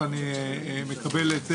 אני מקבל את זה